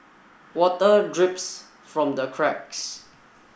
water drips from the cracks